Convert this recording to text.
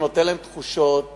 זה נותן להם תחושות